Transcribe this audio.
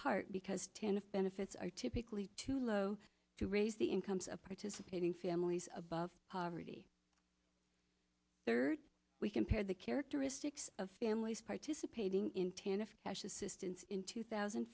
part because ten the benefits are typically too low to raise the incomes of participating families above poverty third we compare the characteristics of families participating in tandem cash assistance in two thousand